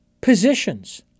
positions